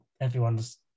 everyone's